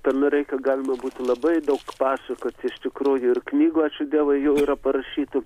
apie noreiką galima būtų labai daug pasakoti iš tikrųjų ir knygų ačiū dievui jau yra parašytų